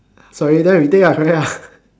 sorry then retake ah correct ah